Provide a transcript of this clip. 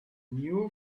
new